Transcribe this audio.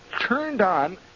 turned-on